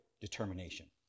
determination